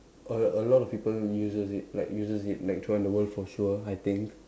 a a lot of people uses it like uses it like throughout the world for sure I think